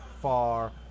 far